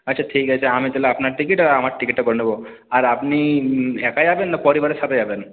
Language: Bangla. আচ্ছা ঠিক আছে আমি তাহলে আপনার টিকিট আর আমার টিকিটটা করে নেব আর আপনি একাই যাবেন না পরিবারের সাথে যাবেন